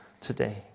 today